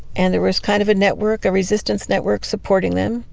and there was kind of a network, a resistance network, supporting them,